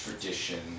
tradition